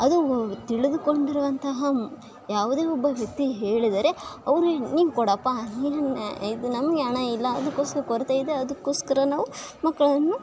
ಅದು ತಿಳಿದುಕೊಂಡಿರುವಂತಹ ಯಾವುದೇ ಒಬ್ಬ ವ್ಯಕ್ತಿ ಹೇಳಿದರೆ ಅವರು ನೀನು ಕೊಡಪ್ಪ ನೀನು ಇದು ನಮಗೆ ಹಣ ಇಲ್ಲ ಅದಕ್ಕೋಸ್ಕರ ಕೊರತೆ ಇದೆ ಅದಕ್ಕೋಸ್ಕರ ನಾವು ಮಕ್ಕಳನ್ನು